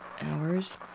hours